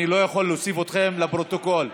לא יכול להוסיף אתכם לפרוטוקול.